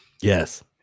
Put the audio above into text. Yes